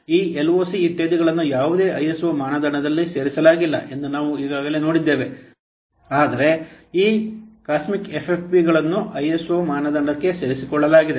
ಈ ಎಲ್ಒಸಿ ಇತ್ಯಾದಿಗಳನ್ನು ಯಾವುದೇ ಐಎಸ್ಒ ಮಾನದಂಡದಲ್ಲಿ ಸೇರಿಸಲಾಗಿಲ್ಲ ಎಂದು ನಾವು ಈಗಾಗಲೇ ನೋಡಿದ್ದೇವೆ ಆದರೆ ಈ ಕಾಸ್ಮಿಕ್ ಎಫ್ಎಫ್ಪಿಗಳನ್ನು ಐಎಸ್ಒ ಮಾನದಂಡಕ್ಕೆ ಸೇರಿಸಿಕೊಳ್ಳಲಾಗಿದೆ